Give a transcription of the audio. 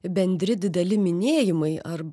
bendri dideli minėjimai ar